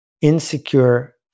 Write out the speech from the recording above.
insecure